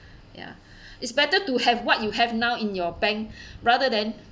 ya it's better to have what you have now in your bank rather than